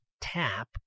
tap